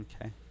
Okay